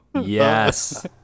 Yes